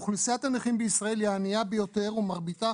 אוכלוסיית הנכים בישראל היא הענייה ביותר ומרביתה